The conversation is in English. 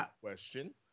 question